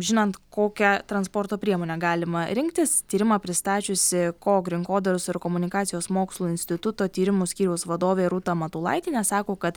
žinant kokią transporto priemonę galima rinktis tyrimą pristačiusi kog rinkodaros ir komunikacijos mokslų instituto tyrimų skyriaus vadovė rūta matulaitienė sako kad